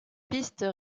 pistes